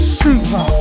super